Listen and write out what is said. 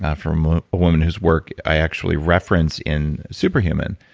ah from a woman whose work i actually reference in super human.